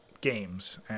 games